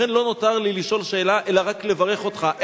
לכן לא נותר לי לשאול שאלה אלא רק לברך אותך,